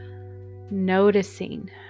noticing